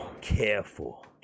careful